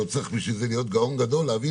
לא צריך בשביל זה להיות גאון גדול להבין